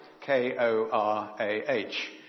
K-O-R-A-H